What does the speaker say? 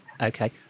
Okay